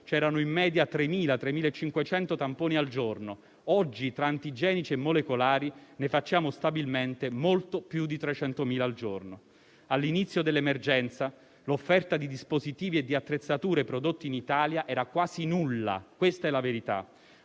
c'erano in media 3-000-3.500 tamponi al giorno: oggi, tra antigenici e molecolari, ne facciamo stabilmente molto più di 300.000 al giorno. All'inizio dell'emergenza, l'offerta di dispositivi e di attrezzature prodotti in Italia era quasi nulla, questa è la verità.